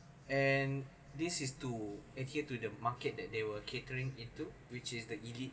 and this is to adhere to the market that they were catering into which is the elite